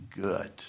good